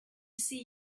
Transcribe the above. see